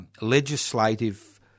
legislative